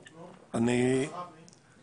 חבר הכנסת מלכיאלי.